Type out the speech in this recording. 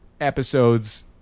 episodes